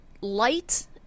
light